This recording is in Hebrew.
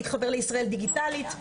להתחבר לישראל דיגיטלית,